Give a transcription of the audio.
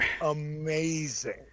amazing